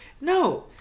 No